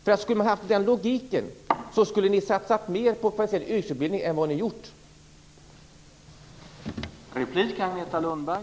Om det hade funnits en logik skulle ni ju ha satsat mera på yrkesutbildning än vad ni har gjort.